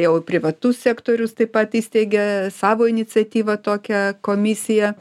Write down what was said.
jau privatus sektorius taip pat įsteigė savo iniciatyva tokią komisiją